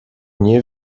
nie